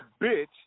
bitch